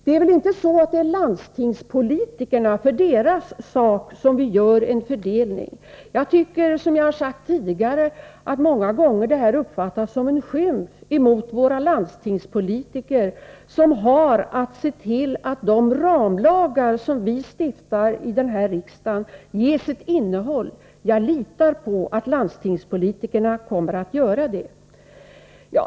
Det är väl inte för landstingspolitikernas sak som vi gör en fördelning. Som jag har sagt tidigare uppfattas de argument som här förs fram många gånger som en skymf mot våra landstingspolitiker, som har att se till att de ramlagar som vi stiftar här i riksdagen ges ett innehåll. Jag litar på att landstingspolitikerna kommer att göra det.